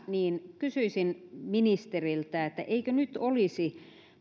niin kysyisin ministeriltä eikö nyt olisi